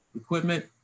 equipment